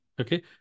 Okay